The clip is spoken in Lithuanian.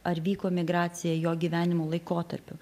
ar vyko migracija jo gyvenimo laikotarpiu